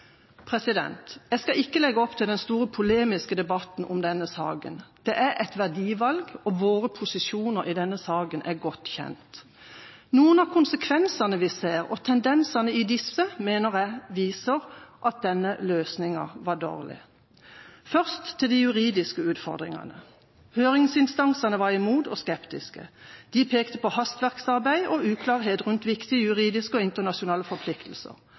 Jeg skal ikke legge opp til den store polemiske debatten om denne saken. Det er et verdivalg, og våre posisjoner i denne saken er godt kjent. Noen av konsekvensene vi ser, og tendensene i disse, mener jeg viser at denne løsninga var dårlig. Først til de juridiske utfordringene: Høringsinstansene var imot og skeptiske. De pekte på hastverksarbeid og uklarhet rundt viktige juridiske og internasjonale forpliktelser.